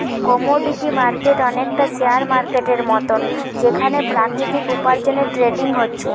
commodity market অনেকটা share মার্কেটের মতন যেখানে প্রাকৃতিক উপার্জনের ট্রেডিং হচ্ছে